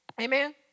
Amen